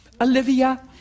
Olivia